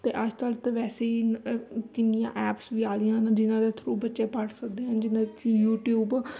ਅਤੇ ਅੱਜ ਕੱਲ੍ਹ ਤਾਂ ਵੈਸੇ ਹੀ ਕਿੰਨੀਆਂ ਐਪਸ ਵੀ ਆ ਗਈਆਂ ਹਨ ਜਿਹਨਾਂ ਦੇ ਥਰੂ ਬੱਚੇ ਪੜ੍ਹ ਸਕਦੇ ਹਨ ਜਿੱਦਾਂ ਕਿ ਯੂਟਿਊਬ